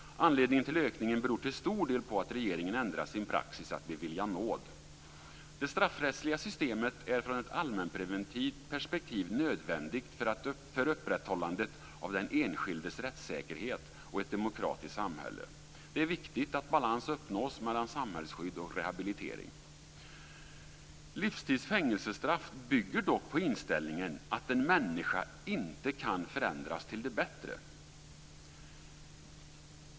Anledningen till ökningen är till stor del att regeringen ändrat sin praxis att bevilja nåd. Det straffrättsliga systemet är från ett allmänpreventivt perspektiv nödvändigt för upprätthållandet av den enskildes rättssäkerhet och ett demokratiskt samhälle. Det är viktigt att balans uppnås mellan samhällsskydd och rehabilitering. Livstids fängelsestraff bygger dock på inställningen att en människa inte kan förändras till det bättre.